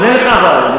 אני עונה לך אבל,